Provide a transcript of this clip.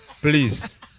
please